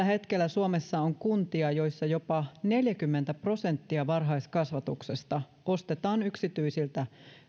hetkellä suomessa on kuntia joissa jopa neljäkymmentä prosenttia varhaiskasvatuksesta ostetaan yksityisiltä